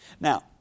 Now